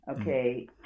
Okay